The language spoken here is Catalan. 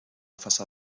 faça